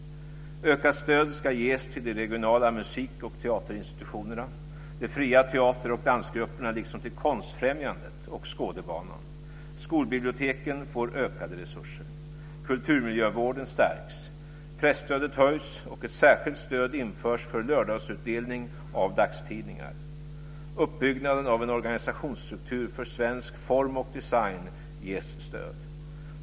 Ökat stöd ska ges till de regionala musik och teaterinstitutionerna, de fria teater och dansgrupperna liksom till Konstfrämjandet och Skådebanan. Skolbiblioteken får ökade resurser. Kulturmiljövården stärks. Presstödet höjs, och ett särskilt stöd införs för lördagsutdelning av dagstidningar. Uppbyggnaden av en organisationsstruktur för svensk form och design ges stöd.